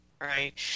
right